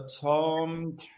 Tom